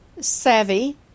Savvy